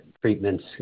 treatments